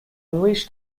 wish